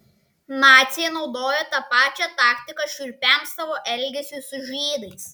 naciai naudojo tą pačią taktiką šiurpiam savo elgesiui su žydais